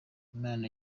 imana